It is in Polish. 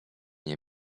nie